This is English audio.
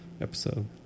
episode